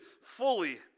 fully